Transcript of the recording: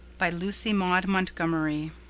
by lucy maud montgomery